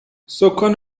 سـکان